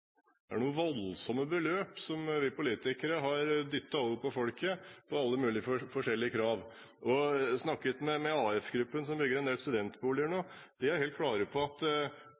voldsomme beløp som vi politikere har dyttet over på folket på grunn av alle mulige krav. Jeg snakket med AF Gruppen som bygger en del studentboliger nå. De er helt klare på at